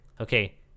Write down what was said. okay